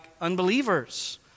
unbelievers